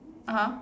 (uh huh)